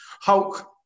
Hulk